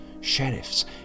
sheriffs